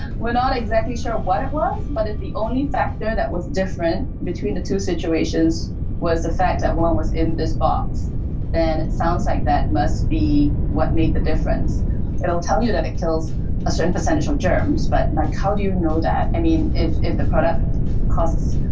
we're not exactly sure what it was. but if the only factor that was different between the two situations was the fact that one um was in this box then it sounds like that must be what made the difference it'll tell you that it kills a certain percentage of germs. but like how do you know that? i mean if if the product costs